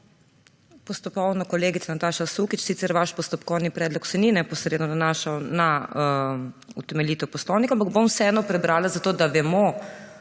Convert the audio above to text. Postopkovno, kolegica Nataša Sukič. Sicer se vaš postopkovni predlog ni neposredno nanašal na utemeljitev poslovnika, ampak bom vseeno prebrala, zato da vemo,